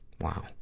Wow